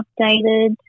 updated